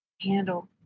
handle